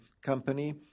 company